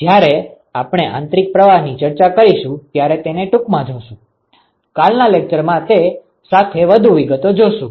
જ્યારે આપણે આંતરિક પ્રવાહની ચર્ચા કરીશું ત્યારે તેને ટૂંકમાં જોશું કાલના લેક્ચર માં તે સાથે વધુ વિગતો જોશું